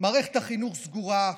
מערכת החינוך סגורה,